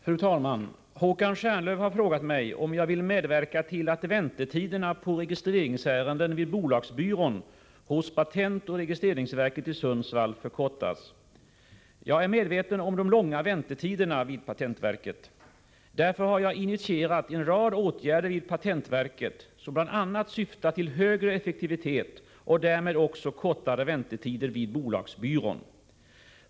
Fru talman! Håkan Stjernlöf har frågat mig om jag vill medverka till att väntetiderna för registreringsärenden vid bolagsbyrån hos patentoch registreringsverket i Sundsvall förkortas. Jag är medveten om de långa väntetiderna vid patentverket. Därför har jag initierat en rad åtgärder vid patentverket som bl.a. syftar till högre effektivitet och därmed också kortare väntetider vid bolagsbyrån.